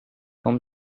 home